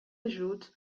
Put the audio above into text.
ajuts